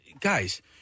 guys